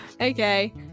Okay